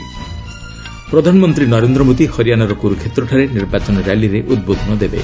ପ୍ରଧାନମନ୍ତ୍ରୀ ନରେନ୍ଦ୍ର ମୋଦି ହରିୟାନାର କୁରୁକ୍ଷେତ୍ରଠାରେ ନିର୍ବାଚନୀ ର୍ୟାଲିରେ ଉଦ୍ବୋଧନ ଦେବେ